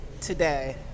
today